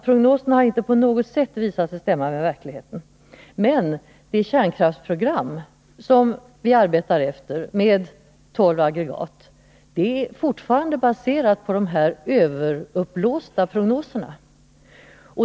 Prognoserna har visat sig inte på något sätt stämma med verkligheten. Men det kärnkraftsprogram som vi arbetar efter med tolv aggregat är fortfarande baserat på de överuppblåsta prognoserna.